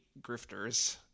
grifters